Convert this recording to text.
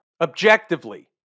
objectively